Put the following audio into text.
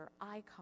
icon